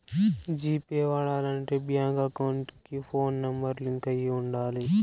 G pay వాడాలంటే bank account కి phone number link అయి ఉండాలి